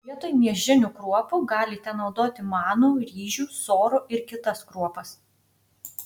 vietoj miežinių kruopų galite naudoti manų ryžių sorų ir kitas kruopas